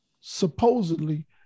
supposedly